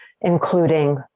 including